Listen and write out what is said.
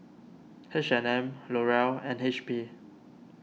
HandM L'Oreal and H P